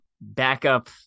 backup